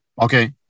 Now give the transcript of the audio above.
Okay